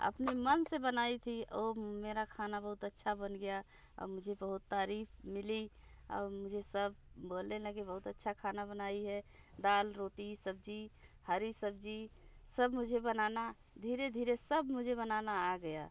अपने मन से बनाई थी ओ मेरा खाना बहुत अच्छा बन गया अब मुझे बहुत तारीफ मिली और मुझे सब बोलने लगे बहुत अच्छा खाना बनाई है दाल रोटी सब्जी हरी सब्जी सब मुझे बनाना धीरे धीरे सब मुझे बनाना आ गया